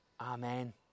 Amen